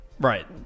right